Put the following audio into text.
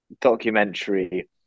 documentary